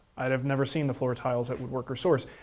i have never seen the floor tiles at woodworker's source.